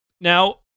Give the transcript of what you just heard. Now